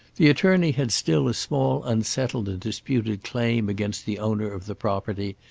the attorney had still a small unsettled and disputed claim against the owner of the property,